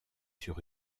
sur